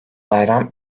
bayram